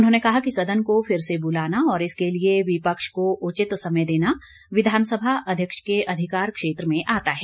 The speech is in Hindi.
उन्होंने कहा कि सदन को फिर से बुलाना और इसके लिए विपक्ष को उचित समय देना विधानसभा अध्यक्ष के अधिकार क्षेत्र में आता है